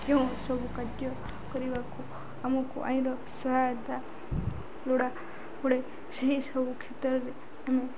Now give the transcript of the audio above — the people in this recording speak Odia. କେଉଁ ସବୁ କାର୍ଯ୍ୟ କରିବାକୁ ଆମକୁ ଆଇନର ସହାୟତା ଲୋଡ଼ା ପଡ଼େ ସେହିସବୁ କ୍ଷେତ୍ରରେ ଆମେ